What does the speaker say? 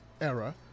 era